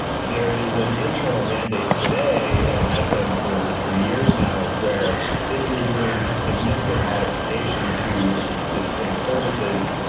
there is an internal mandate today and has been for for years now where if you are doing significant modification to existing services,